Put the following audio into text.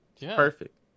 perfect